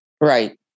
Right